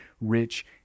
rich